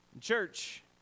Church